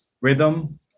rhythm